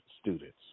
students